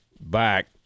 back